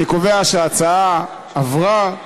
אני קובע שההצעה עברה.